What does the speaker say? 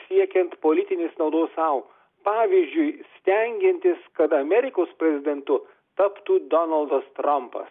siekiant politinės naudos sau pavyzdžiui stengiantis kad amerikos prezidentu taptų donaldas trampas